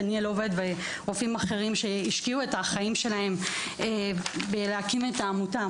דניאל עובד ורופאים אחרים שהשקיעו את החיים שלהם בלהקים את העמותה.